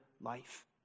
life